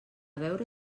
veure